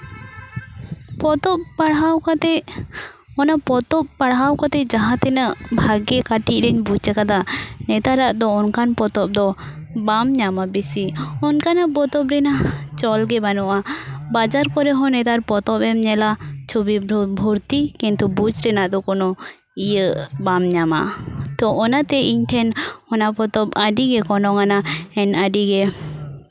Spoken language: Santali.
ᱯᱚᱛᱚᱵᱽ ᱯᱟᱲᱦᱟᱣ ᱠᱟᱛᱮᱫ ᱚᱱᱟ ᱯᱚᱛᱚᱵᱽ ᱯᱟᱲᱦᱟᱣ ᱠᱟᱛᱮᱫ ᱡᱟᱦᱟᱸ ᱛᱤᱱᱟᱹᱜ ᱵᱷᱟᱜᱮ ᱠᱟᱹᱴᱤᱡ ᱨᱤᱧ ᱵᱩᱡᱽ ᱟᱠᱟᱫᱟ ᱱᱮᱛᱟᱨᱟᱜ ᱫᱚ ᱚᱱᱠᱟᱱ ᱯᱚᱛᱚᱵᱽ ᱫᱚ ᱵᱟᱢ ᱧᱟᱢᱟ ᱵᱮᱥᱤ ᱚᱱᱠᱟᱱᱟᱜ ᱯᱚᱛᱚᱵᱽ ᱨᱮᱱᱟᱜ ᱪᱚᱞ ᱜᱮ ᱵᱟᱹᱱᱩᱜᱼᱟ ᱵᱟᱡᱟᱨ ᱠᱚᱨᱮ ᱦᱚᱸ ᱱᱮᱛᱟᱨ ᱯᱚᱛᱚᱵᱮᱢ ᱧᱮᱞᱟ ᱪᱷᱚᱵᱤ ᱵᱷᱚᱨᱛᱤ ᱠᱤᱱᱛᱩ ᱵᱩᱡᱽ ᱨᱮᱱᱟᱜ ᱫᱚ ᱠᱚᱱᱚ ᱤᱭᱟᱹ ᱵᱟᱢ ᱧᱟᱢᱟ ᱛᱚ ᱚᱱᱟᱛᱮ ᱤᱧ ᱴᱷᱮᱱ ᱚᱱᱟ ᱯᱚᱛᱚᱵᱽ ᱟᱹᱰᱤ ᱜᱮ ᱜᱚᱱᱚᱝᱟᱱᱟᱝ ᱟᱹᱰᱤ ᱜᱮ